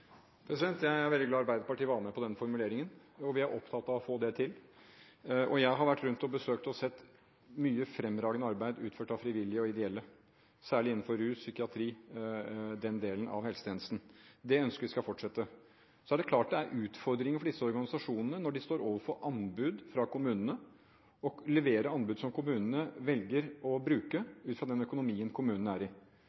Jeg er veldig glad for at Arbeiderpartiet var med på den formuleringen, og vi er opptatt av å få det til. Jeg har vært rundt og sett mye fremragende arbeid utført av frivillige og ideelle, særlig innenfor rus, psykiatri og den delen av helsetjenesten. Det ønsker vi skal fortsette. Så er det klart det er utfordringer for disse organisasjonene når de står overfor anbud fra kommunene: å levere anbud som kommunene velger å bruke,